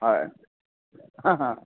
হয়